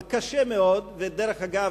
ודרך אגב,